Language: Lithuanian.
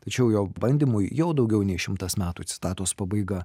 tačiau jo bandymui jau daugiau nei šimtas metų citatos pabaiga